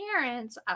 parents